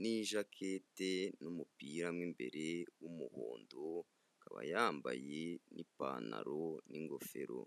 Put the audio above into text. n'ijakete n'umupira mo imbere w'umuhondo, akaba yambaye n'ipantaro n'ingofero.